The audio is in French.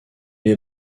est